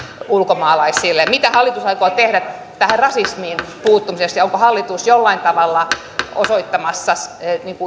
ulkomaalaisille mitä hallitus aikoo tehdä tähän rasismiin puuttumiseksi ja onko hallitus jollain tavalla osoittamassa